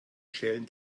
schälen